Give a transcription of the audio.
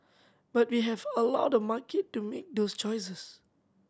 but we have allow the market to make those choices